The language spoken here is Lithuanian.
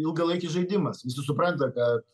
ilgalaikis žaidimas visi supranta kad